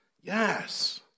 Yes